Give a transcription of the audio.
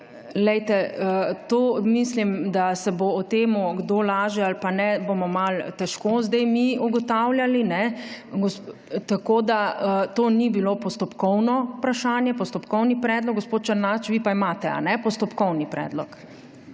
mislim, da se bo o temu kdo lažje ali pa ne, bomo malo težko zdaj mi ugotavljali, tako da to ni bilo postopkovno vprašanje, postopkovni predlog. Gospod Černač, vi pa imate postopkovni predlog.